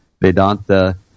Vedanta